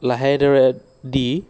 লাহে দৰে দি